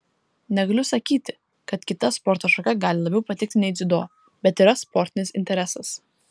negaliu sakyti kad kita sporto šaka gali labiau patikti nei dziudo bet yra sportinis interesas